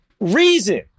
Reason